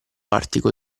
artico